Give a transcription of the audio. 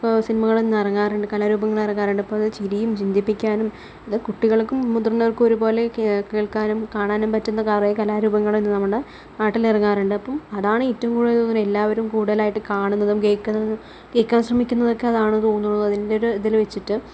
സിനിമകളിന്ന് ഇറങ്ങാറുണ്ട് കലാരൂപങ്ങൾ ഇറങ്ങാറുണ്ട് അപ്പോൾ അത് ചിരിയും ചിന്തിപ്പിക്കാനും അത് കുട്ടികള്ക്കും മുതിര്ന്നവര്ക്കും ഒരുപോലെ കേള്ക്കാനും കാണാനും പറ്റുന്ന കുറേ കലാരൂപങ്ങള് എന്നുള്ള നാടിലിറങ്ങാറുണ്ട് അപ്പോൾ അതാണേറ്റവും കൂടുതല് എല്ലാവരും കൂടുതലായിട്ടും കാണുന്നതും കേൾക്കുന്നതും കേൾക്കാന് ശ്രമിക്കുന്നതും ഒക്കെ അതാണ് തോന്നുന്നു അതിൻ്റെ ഒരു ഇതിൽ വച്ചിട്ട്